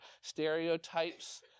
stereotypes